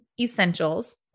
essentials